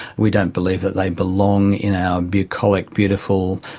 we don't believe that they belong in our bucolic, beautiful,